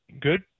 Good